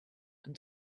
and